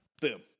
boom